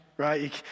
right